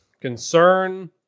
concern